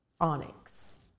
onyx